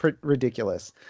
Ridiculous